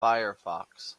firefox